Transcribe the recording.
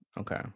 Okay